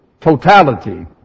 Totality